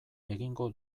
egingo